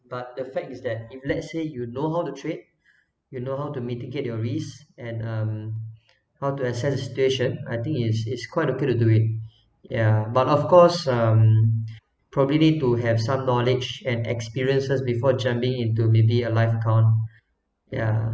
but the fact is that if let's say you would know how to trade you know how to mitigate your risk and um how to assess the situation I think is is quite a good to do it yeah but of course um probably need to have some knowledge and experiences before jumping into maybe a live account yeah